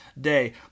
day